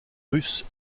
russes